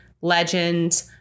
legend